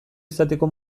izateko